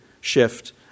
shift